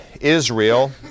Israel